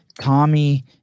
Tommy